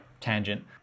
tangent